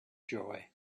joy